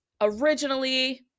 originally